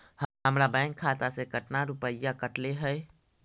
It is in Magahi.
हमरा बैंक खाता से कतना रूपैया कटले है?